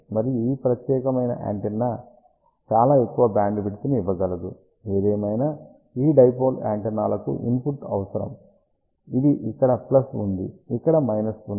మరియు ఈ ప్రత్యేకమైన యాంటెన్నా చాలా ఎక్కువ బ్యాండ్విడ్త్ ని ఇవ్వగలదు ఏదేమైనా ఈ డైపోల్ యాంటెన్నాలకు ఇన్పుట్ అవసరం ఇది ఇక్కడ ఉంది ఇక్కడ ఉంది